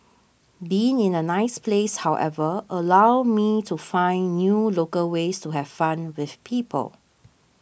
being in a nice place however allowed me to find new local ways to have fun with people